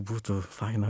būtų faina